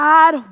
God